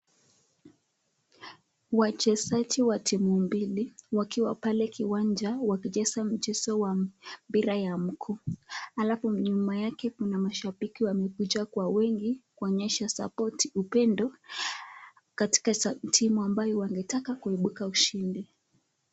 Wachezaji wa timu mbili wakiwa pale kiwanja wakicheza mchezo wa mpira ya mguu, halafu nyuma yake kuna mashabiki wamekuja kwa wingi kuonyesha sapoti, upendo katika timu ambayo wangetaka kuibuka ushindi.